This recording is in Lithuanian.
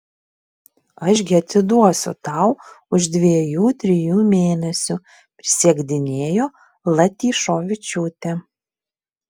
aš gi atiduosiu tau už dviejų trijų mėnesių prisiekdinėjo latyšovičiūtė